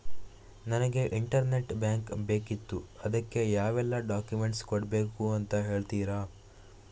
ನನಗೆ internet bank ಬೇಕಿತ್ತು ಅದಕ್ಕೆ ಯಾವೆಲ್ಲಾ ಡಾಕ್ಯುಮೆಂಟ್ಸ್ ಕೊಡ್ಬೇಕು ಅಂತ ಹೇಳ್ತಿರಾ?